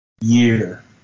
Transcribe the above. year